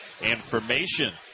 information